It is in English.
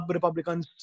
Republicans